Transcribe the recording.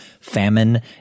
famine